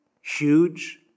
huge